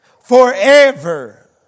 Forever